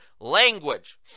language